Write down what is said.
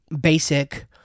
basic